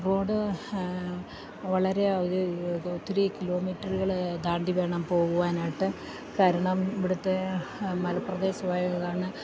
road വളരെ ഒത്തിരി കിലോമീറ്ററുകള് താണ്ടി വേണം പോകുവാനായിട്ട് കാരണം ഇവിടുത്തെ മലമ്പ്രദേശമായതുകാരണം